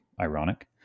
ironic